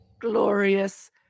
glorious